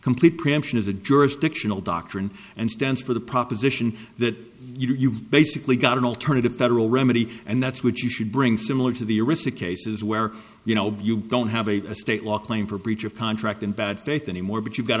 complete preemption is a jurisdictional doctrine and stands for the proposition that you've basically got an alternative federal remedy and that's what you should bring similar to the arista cases where you know you don't have a state law claim for breach of contract in bad faith anymore but you've got